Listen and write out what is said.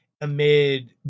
amid